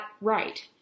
right